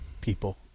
people